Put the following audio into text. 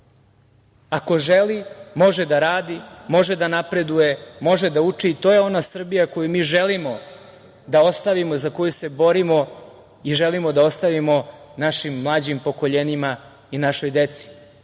Ako želi može da radi, može da napreduje, može da uči i to je ona Srbija koju mi želimo da ostavimo i za koju se borimo i želimo da ostavimo našim mlađim pokoljenjima i našoj deci,